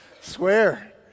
Swear